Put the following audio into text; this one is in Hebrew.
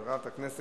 לדיון מוקדם